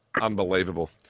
Unbelievable